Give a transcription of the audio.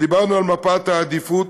ודיברנו על מפת העדיפויות,